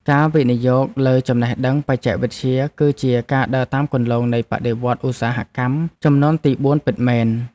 ការវិនិយោគលើចំណេះដឹងបច្ចេកវិទ្យា គឺជាការដើរតាមគន្លងនៃបដិវត្តឧស្សាហកម្មជំនាន់ទីបួនពិតមែន។